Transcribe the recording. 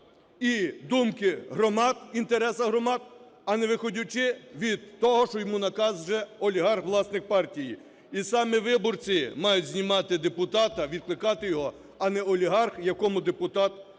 і думки громад, інтересів громад, а не виходячи від того, що йому наказує вже олігарх-власник партії. І саме виборці мають знімати депутата, відкликати його, а не олігарх, якому депутат не